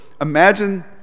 imagine